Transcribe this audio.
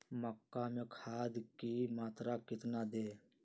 मक्का में खाद की मात्रा कितना दे?